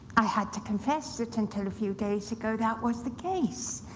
i had to confess that until a few days ago that was the case.